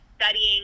studying